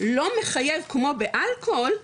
לא מחייב כמו באלכוהול,